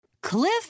Cliff